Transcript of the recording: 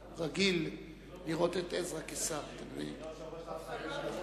אתה רשאי לעלות ולהתחיל לדבר.